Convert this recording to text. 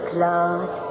Claude